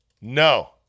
No